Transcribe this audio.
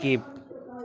skip